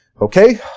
Okay